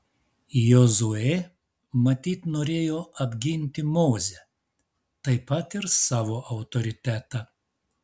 jozuė matyt norėjo apginti mozę taip pat ir savo autoritetą